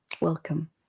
welcome